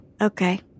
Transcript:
Okay